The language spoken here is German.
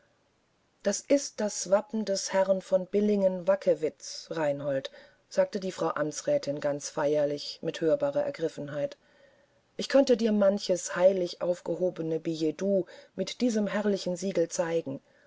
das ist das wappen der herren von billingen wackewitz reinhold sagte die frau amtsrätin ganz feierlich mit hörbarer ergriffenheit ich könnte dir manches heilig aufgehobene billetdoux mit diesem herrlichen siegel zeigen